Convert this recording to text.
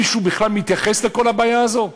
מישהו בכלל מתייחס לכל הבעיה הזו?